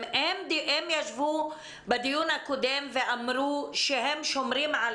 הם ישבו בדיון הקודם ואמרו שהם שומרים על